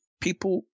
People